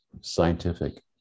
scientific